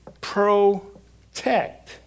protect